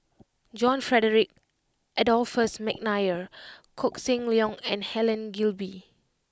John Frederick Adolphus McNair Koh Seng Leong and Helen Gilbey